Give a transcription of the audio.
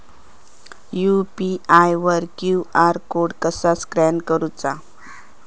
UPI वर QR code कसा scan करूचा?